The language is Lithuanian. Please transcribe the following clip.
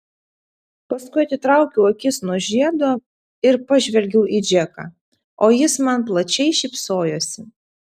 paskui atitraukiau akis nuo žiedo ir pažvelgiau į džeką o jis man plačiai šypsojosi